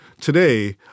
today